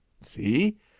See